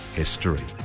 history